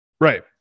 right